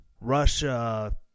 Russia